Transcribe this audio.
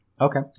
Okay